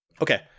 Okay